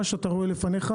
מה שאתה רואה לפניך,